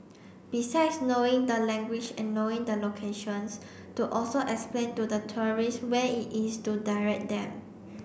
besides knowing the language and knowing the locations to also explain to the tourists where it is to direct them